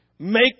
Make